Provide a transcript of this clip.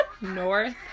North